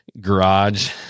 garage